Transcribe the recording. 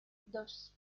dos